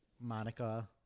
monica